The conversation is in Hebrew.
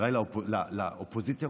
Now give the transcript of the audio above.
חבריי לאופוזיציה,